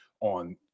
on